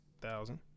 thousand